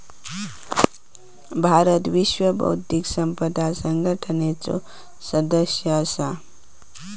भारत विश्व बौध्दिक संपदा संघटनेचो सदस्य असा